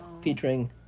featuring